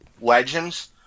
legends